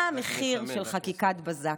מה המחיר של חקיקת בזק?